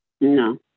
No